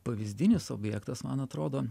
pavyzdinis objektas man atrodo